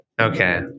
Okay